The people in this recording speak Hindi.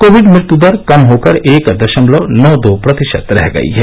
कोविड मृत्य दर कम होकर एक दशमलव नौ दो प्रतिशत रह गई है